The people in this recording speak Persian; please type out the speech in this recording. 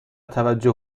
توجه